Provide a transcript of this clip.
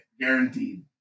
guaranteed